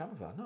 No